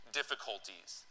difficulties